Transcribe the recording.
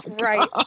right